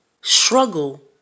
struggle